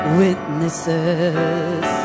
witnesses